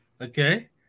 Okay